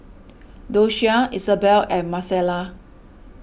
Doshia Isabell and Marcela